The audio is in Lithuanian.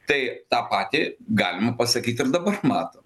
tai tą patį galima pasakyt ir dabar matom